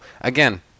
again